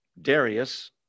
Darius